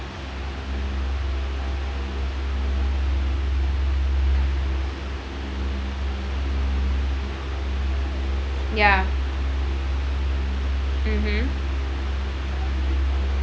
ya mmhmm